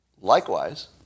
Likewise